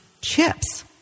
chips